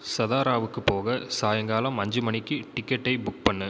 சதாராவுக்குப் போக சாயங்காலம் அஞ்சு மணிக்கு டிக்கெட்டை புக் பண்ணு